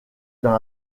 dans